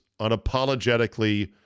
unapologetically